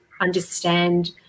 understand